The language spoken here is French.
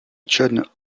john